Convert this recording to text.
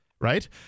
right